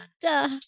Duh